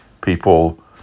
People